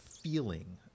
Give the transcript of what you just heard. feeling